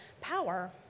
power